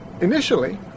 Initially